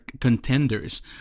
contenders